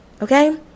Okay